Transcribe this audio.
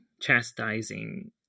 chastising